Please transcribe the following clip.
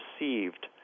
received